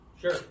Sure